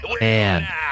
Man